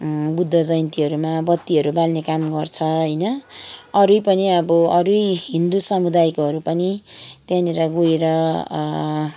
बुद्ध जयन्तीहरूमा बत्तीहरू बाल्ने काम गर्छ होइन अरू नै पनि अब अरू नै हिन्दू समुदायकोहरू पनि त्यहाँनिर गएर